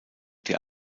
der